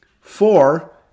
Four